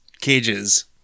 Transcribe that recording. cages